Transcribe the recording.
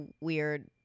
weird